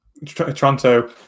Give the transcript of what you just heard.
Toronto